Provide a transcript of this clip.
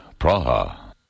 Praha